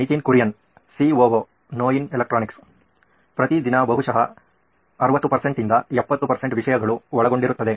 Nitin Kurian COO ನೋಯಿನ್ electronics ಪ್ರತಿದಿನ ಬಹುಶಃ 60 ಯಿಂದ 70 ವಿಷಯಗಳು ಒಳಗೊಂಡಿರುತ್ತದೆ